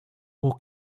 will